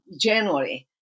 January